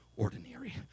ordinary